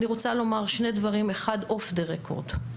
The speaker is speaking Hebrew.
אני רוצה לומר שני דברים אחד אוף דה רקורד,